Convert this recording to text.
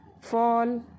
fall